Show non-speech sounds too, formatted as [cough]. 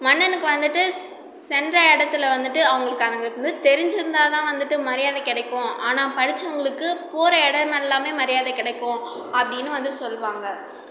மன்னனுக்கு வந்துட்டு சென்ற இடத்துல வந்துட்டு அவங்க [unintelligible] தெரிஞ்சுருந்தால்தான் வந்துட்டு மரியாதை கிடைக்கும் ஆனால் படிச்சவங்களுக்கு போகிற இடமெல்லாமே மரியாதை கிடைக்கும் அப்படின்னு வந்து சொல்வாங்க